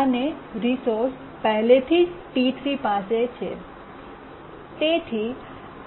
અને રિસોર્સ પહેલેથી જ T3 પાસે છે તેથી